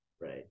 Right